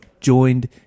joined